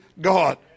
God